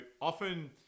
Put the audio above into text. often